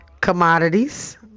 commodities